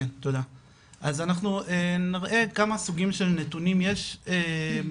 אז אנחנו נראה כמה סוגים של נתונים, יש - באמת,